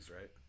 right